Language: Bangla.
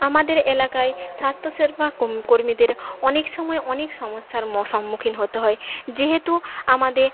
আমাদের এলাকায় স্বাস্থ্য সেবা কোম কর্মীদের অনেক সময় অনেক সমস্যার ম সম্মুখীন হতে হয় যেহেতু আমাদের